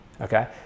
okay